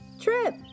Trip